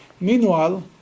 Meanwhile